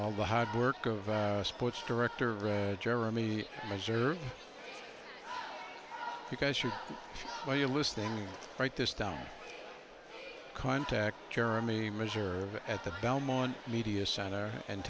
all the hard work of sports director jeremy missouri i because you are you listening write this down contact jeremy measure at the belmont media center and